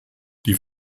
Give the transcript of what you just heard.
die